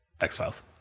x-files